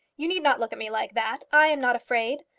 you need not look at me like that. i am not afraid.